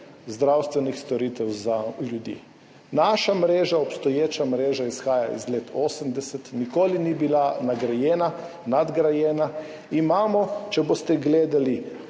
zdravstvenih storitev za ljudi. Naša mreža, obstoječa mreža izhaja iz 80. let, nikoli ni bila nadgrajena. Če boste gledali